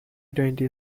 twenty